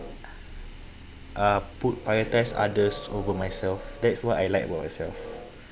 ah put prioritise others over myself that's what I like about myself